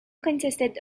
consisted